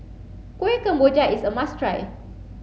Kueh Kemboja is a must try